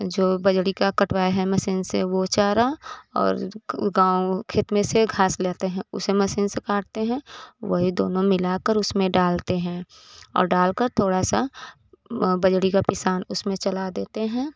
जो बजड़ी का कटवाए हैं मशीन से वो चारा और गाँव खेत में से घास ले आते हैं उसे मशीन से काटते हैं वही दोनों मिलाकर उसमें डालते हैं और डालकर थोड़ा सा बजड़ी का पीसान उसमें चला देते हैं